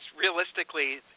realistically